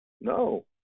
No